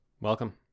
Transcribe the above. Welcome